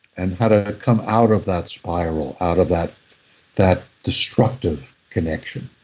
and how to come out of that spiral, out of that that destructive connection